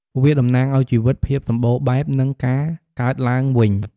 វាតំណាងឱ្យជីវិត ភាពសម្បូរបែប និងការកើតឡើងវិញ។